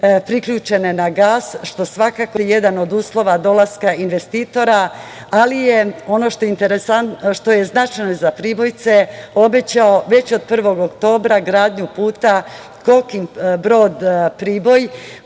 priključene na gas, što svakako jeste jedan od uslova dolaska investitora, ali je ono što je značajno za Pribojce, obećao već od 1. oktobra gradnju puta Kokin Brod – Priboj